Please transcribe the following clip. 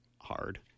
hard